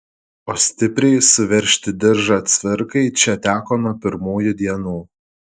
o stipriai suveržti diržą cvirkai čia teko nuo pirmųjų dienų